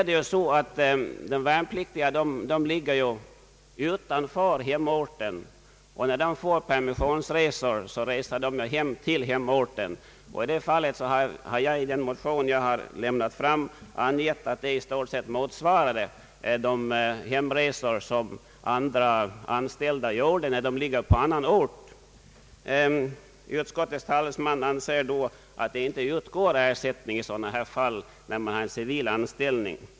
De värnpliktiga är ju förlagda utanför hemorten, och när de får permission reser de till hemorten. I den motion som jag väckt har jag angivit att dessa resor i stort sett motsvarar de hemresor som civila anställda företar när de är förlagda till annan ort. Utskottets talesman anser att ersättning inte utgår i sådana fall för den som har civil anställning.